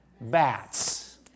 Bats